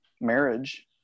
marriage